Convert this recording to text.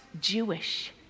jewish